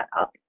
up